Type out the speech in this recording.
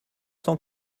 cent